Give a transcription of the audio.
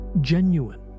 genuine